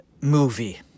movie